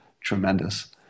tremendous